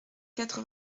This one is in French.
quatre